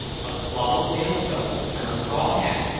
a swallow-tailed coat, and a straw hat,